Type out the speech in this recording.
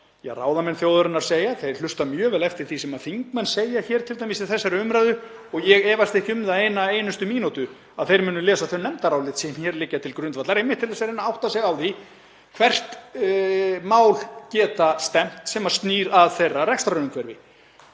sem ráðamenn þjóðarinnar segja, þeir hlusta mjög vel eftir því sem þingmenn segja t.d. í þessari umræðu og ég efast ekki um það eina einustu mínútu að þeir munu lesa þau nefndarálit sem hér liggja til grundvallar, einmitt til þess að reyna að átta sig á því hvert mál geta stefnt sem snúa að þeirra rekstrarumhverfi.